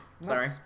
Sorry